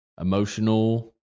emotional